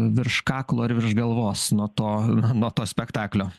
virš kaklo ir virš galvos nuo to nuo to spektaklio